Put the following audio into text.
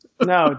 No